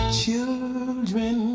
children